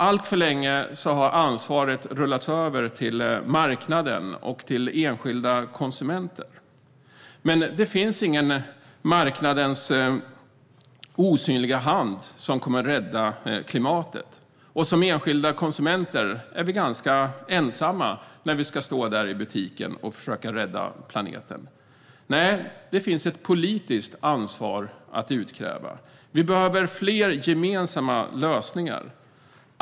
Alltför länge har ansvaret rullats över till marknaden och till enskilda konsumenter. Men det finns ingen marknadens osynliga hand som kommer att rädda klimatet. Och som enskilda konsumenter är vi ganska ensamma när vi står där i butiken och ska försöka rädda planeten. Nej, det finns ett politiskt ansvar att utkräva. Vi behöver fler gemensamma lösningar.